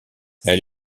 elle